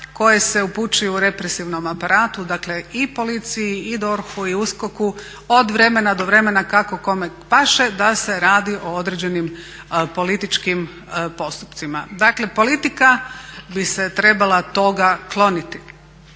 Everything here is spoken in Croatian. koje se upućuju represivnom aparatu, dakle i policiji i DORH-u i USKOK-u, od vremena do vremena, kako kome paše, da se radi o određenim političkim postupcima. Dakle politika bi se trebala toga kloniti